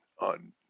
on